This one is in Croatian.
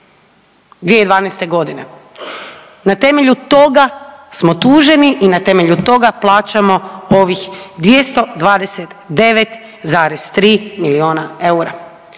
2012. godine. Na temelju toga smo tuženi i na temelju toga plaćamo ovih 229,3 milijuna eura.